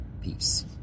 peace